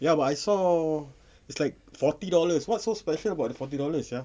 ya but I saw it's like forty dollars what's so special about the forty dollars sia